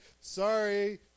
sorry